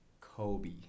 Kobe